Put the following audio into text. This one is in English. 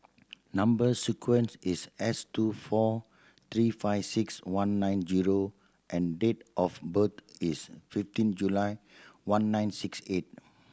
number sequence is S two four three five six one nine zero and date of birth is fifteen July one nine six eight